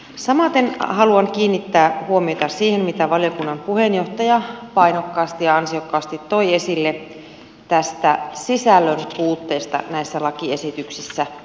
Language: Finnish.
samaten haluan kiinnittää huomiota siihen mitä valiokunnan puheenjohtaja painokkaasti ja ansiokkaasti toi esille tästä sisällön puutteesta näissä lakiesityksissä